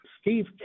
Steve